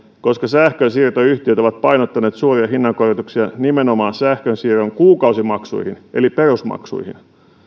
koska sähkönsiirtoyhtiöt ovat painottaneet suuria hinnankorotuksia nimenomaan sähkönsiirron kuukausimaksuihin eli perusmaksuihin